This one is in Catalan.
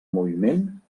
moviment